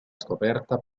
scoperta